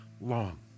long